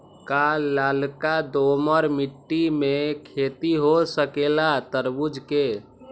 का लालका दोमर मिट्टी में खेती हो सकेला तरबूज के?